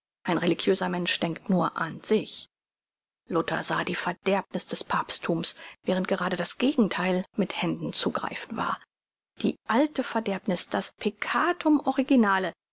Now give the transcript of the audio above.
ein religiöser mensch denkt nur an sich luther sah die verderbniß des papstthums während gerade das gegentheil mit händen zu greifen war die alte verderbniß das peccatum originale